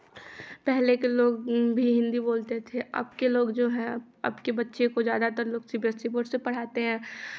पहले के लोग भी हिन्दी बोलते थे अब के लोग जो हैं अब के बच्चे को ज़्यादातर लोग C B S E board से पढ़ाते हैं